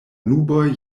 nuboj